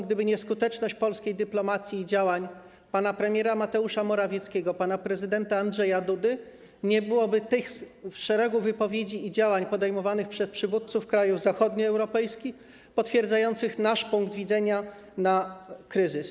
Gdyby nie skuteczność polskiej dyplomacji i działań pana premiera Mateusza Morawieckiego, pana prezydenta Andrzeja Dudy, nie byłoby szeregu wypowiedzi i działań podejmowanych przez przywódców krajów zachodnioeuropejskich, potwierdzających nasz punkt widzenia na kryzys.